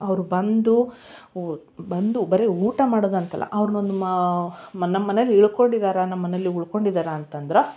ಅವರು ಬಂದು ಓ ಬಂದು ಬರೀ ಊಟ ಮಾಡೋದಂತಲ್ಲ ಅವ್ರ್ನ ಒಂದು ಮಾ ನಮ್ಮ ಮನೇಲಿ ಉಳ್ಕೊಂಡಿದ್ದಾರೆ ನಮ್ಮ ಮನೇಲಿ ಉಳ್ಕೊಂಡಿದ್ದಾರೆ ಅಂತಂದ್ರೆ